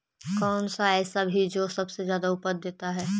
कौन सा ऐसा भी जो सबसे ज्यादा उपज देता है?